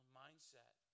mindset